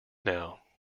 now